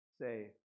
Say